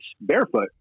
barefoot